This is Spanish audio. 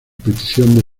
petición